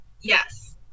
yes